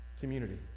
community